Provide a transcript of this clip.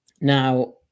Now